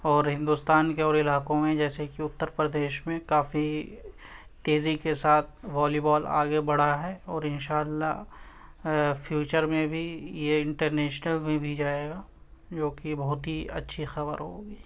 اور ہندوستان کے اور علاقوں میں جیسے کہ اُتّر پردیش میں کافی تیزی کے ساتھ والی بال آگے بڑھا ہے اور اِن شاء اللّہ فیوچر میں بھی یہ انٹرنیشنل میں بھی جائے گا جو کہ بہت ہی اچّھی خبر ہوگی